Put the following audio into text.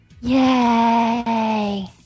Yay